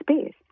space